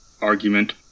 argument